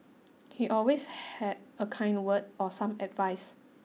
he always had a kind word or some advice